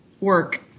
work